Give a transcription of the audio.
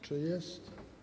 Czy jest?